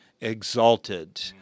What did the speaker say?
exalted